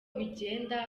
bigenda